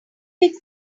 fix